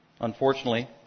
Unfortunately